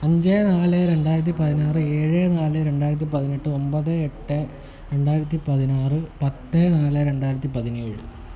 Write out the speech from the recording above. അഞ്ച് നാല് രണ്ടായിരത്തി പതിനാറ് ഏഴ് നാല് രണ്ടായിരത്തി പതിനെട്ട് ഒൻപത് എട്ട് രണ്ടായിരത്തി പതിനാറ് പത്ത് നാല് രണ്ടായിരത്തി പതിനേഴ്